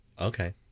Okay